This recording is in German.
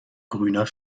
grüner